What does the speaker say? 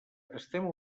estem